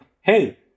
hey